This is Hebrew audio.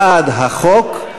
בעד החוק,